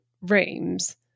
rooms